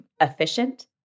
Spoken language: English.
efficient